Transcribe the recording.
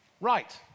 Right